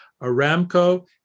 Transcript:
Aramco